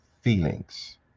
feelings